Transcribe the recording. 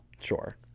Sure